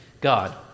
God